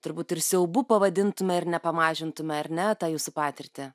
turbūt ir siaubu pavadintume ir nepamažintume ar ne tą jūsų patirtį